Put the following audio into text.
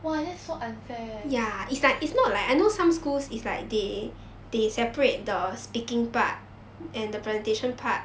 !wah! that's so unfair